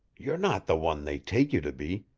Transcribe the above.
you're not the one they take you to be,